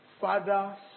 Father